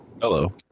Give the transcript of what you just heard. hello